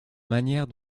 manière